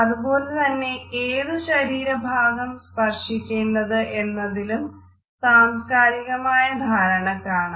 അതുപോലെ തന്നെ ഏത് ശരീരഭാഗമാകണം സ്പർശിക്കേണ്ടത് എന്നതിലും സംസ്കാരികമായ ധാരണ കാണാം